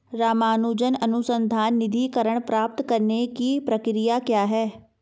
रामानुजन अनुसंधान निधीकरण प्राप्त करने की प्रक्रिया क्या है?